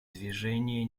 движения